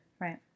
Right